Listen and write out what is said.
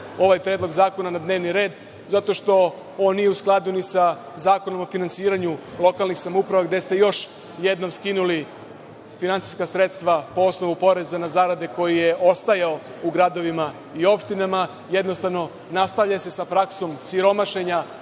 ovaj predlog zakona na dnevni red zato što on nije u skladu sa Zakonom o finansiranju lokalnih samouprava gde ste još jednom skinuli finansijska sredstva po osnovu poreza na zarade koji je ostajao u gradovima i opštinama. Jednostavno, nastavlja se sa praksom siromašenja